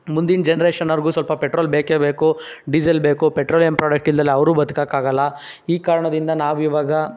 ಮುಂದಿನ ಜನ್ರೇಷನವ್ರಿಗೂ ಸ್ವಲ್ಪ ಪೆಟ್ರೋಲ್ ಬೇಕೇ ಬೇಕು ಡೀಸೆಲ್ ಬೇಕು ಪೆಟ್ರೋಲಿಯಂ ಪ್ರೊಡಕ್ಟ್ ಇಲ್ದೆ ಅವರೂ ಬದ್ಕೋಕ್ಕಾಗಲ್ಲ ಈ ಕಾರಣದಿಂದ ನಾವು ಇವಾಗ